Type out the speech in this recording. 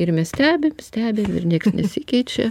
ir mes stebim stebim ir nieks nesikeičia